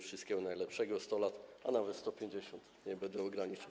Wszystkiego najlepszego, 100 lat, a nawet 150, nie będę ograniczał.